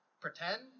Pretend